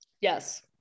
Yes